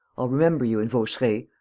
i'll remember you and vaucheray.